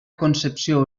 concepció